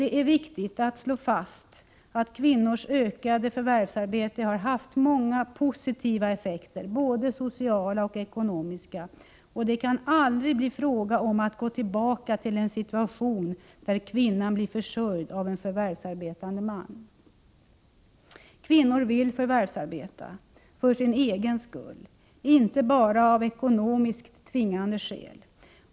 Det är viktigt att slå fast att kvinnors ökade förvärvsarbete har haft många positiva effekter, både sociala och ekonomiska. Det kan aldrig bli fråga om att gå tillbaka till en situation där kvinnan blir försörjd av en förvärvsarbetande man. Kvinnor vill förvärvsarbeta för sin egen skull och inte bara av ekonomiskt tvingande skäl.